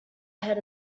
ahead